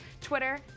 Twitter